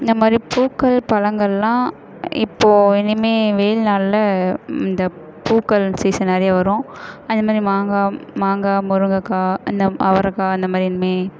இந்த மாதிரி பூக்கள் பழங்களெலாம் இப்போது இனிமேல் வெயில் நாளில் இந்த பூக்கள் சீசன் நிறைய வரும் அது மாதிரி மாங்காய் மாங்காய் முருங்கைக்காய் அந்த அவரைக்காய் அந்த மாதிரி எதுவுமே